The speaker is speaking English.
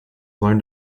learned